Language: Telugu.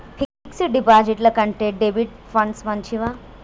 ఫిక్స్ డ్ డిపాజిట్ల కంటే డెబిట్ ఫండ్స్ మంచివా?